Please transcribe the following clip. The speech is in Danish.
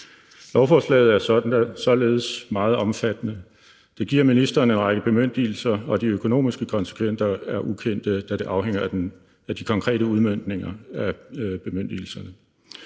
Lovforslaget er således meget omfattende. Det giver ministeren en række bemyndigelser, og de økonomiske konsekvenser er ukendte, da det afhænger af de konkrete udmøntninger af bemyndigelserne.